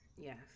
Yes